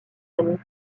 années